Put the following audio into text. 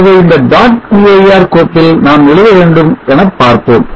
ஆகவே இந்த dot cir கோப்பில் நாம் எழுத வேண்டும் என பார்ப்போம்